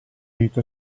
aiutò